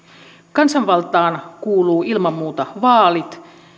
kansanvaltaan kuuluvat ilman muuta vaalit